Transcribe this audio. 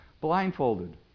Blindfolded